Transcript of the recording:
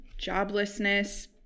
joblessness